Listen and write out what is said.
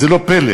וזה לא פלא,